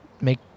make